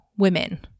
Women